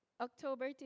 October